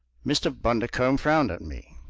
mr. bundercombe frowned at me.